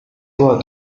toi